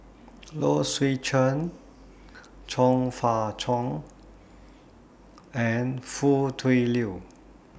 Low Swee Chen Chong Fah Cheong and Foo Tui Liew